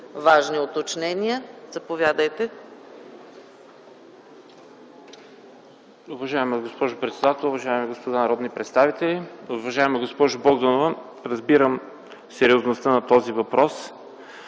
важни уточнения. Заповядайте.